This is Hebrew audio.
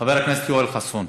חבר הכנסת יואל חסון.